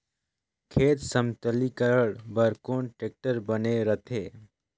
खेत समतलीकरण बर कौन टेक्टर बने रथे?